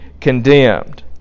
condemned